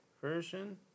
version